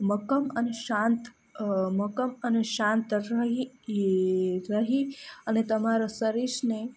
મક્કમ અને શાંત મક્કમ અને શાંત રહી અને તમારા શરીરને